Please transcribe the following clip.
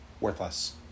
worthless